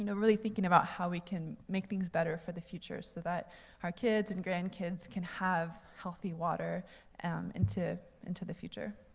you know really thinking about how we can make things better for the future so that our kids and grandkids can have healthy water into into the future.